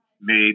made